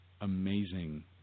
amazing